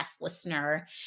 listener